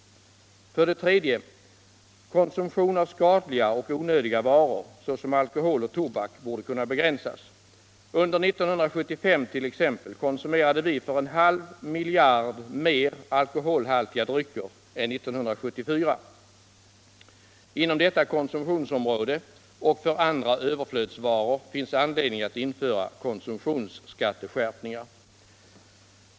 3. Konsumtion av skadliga och onödiga varor såsom alkohol och tobak borde kunna begränsas. Under 1975 1. ex. konsumerade vi för en halv miljard mer alkoholhaltiga drycker än 1974. Inom detta konsumtionsområde — och för andra överflödsvaror — finns anledning att införa konsumtionsskatteskärpningar.